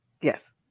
Yes